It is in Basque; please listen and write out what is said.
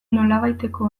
nolabaiteko